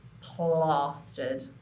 plastered